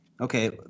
Okay